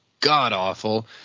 god-awful